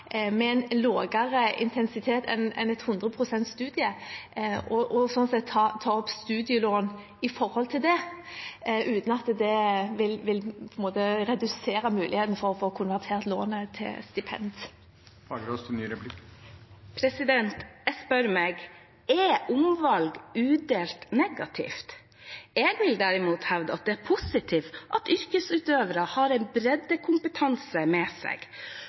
med en lavere intensitet enn et hundre prosents studium og vil slik sett kunne ta opp studielån i henhold til det, uten at det vil redusere muligheten for å få konvertert lånet til stipend. Jeg spør meg: Er omvalg udelt negativt? Jeg vil tvert imot hevde at det er positivt at yrkesutøvere har en breddekompetanse med seg,